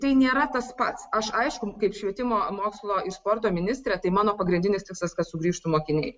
tai nėra tas pats aš aišku kaip švietimo mokslo ir sporto ministrė tai mano pagrindinis tikslas kad sugrįžtų mokiniai